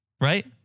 Right